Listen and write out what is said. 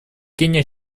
кения